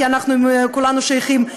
כי כולנו שייכים,